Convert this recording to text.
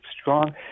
strong